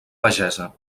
pagesa